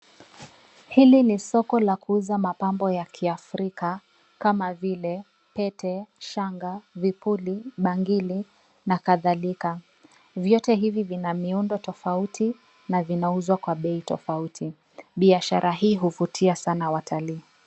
Hili ni soko la kuuza mapambo ya kiafrika kama vile pete, shanga, vipuli, bangili na kadhalika. Vyote hivi vina miundo tofauti na vinauzwa kwa bei tofauti. Biashara hii huvutia sana watalii.